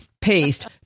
paste